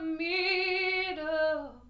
middle